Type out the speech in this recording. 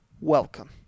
Welcome